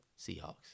Seahawks